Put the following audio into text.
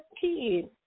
kid